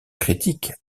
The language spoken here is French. critiques